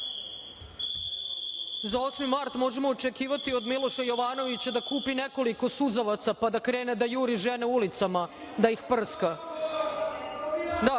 8. mart možemo očekivati od Miloša Jovanovića da kupi nekoliko suzavaca, pa da krene da juri žene ulicama da ih prska. Da,